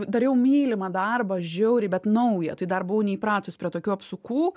dariau mylimą darbą žiauriai bet naują tai dar buvau neįpratus prie tokių apsukų